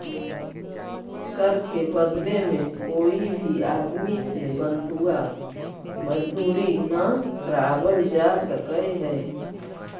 कर के बदले में कोई भी आदमी से बंधुआ मजदूरी न करावल जा सकऽ हई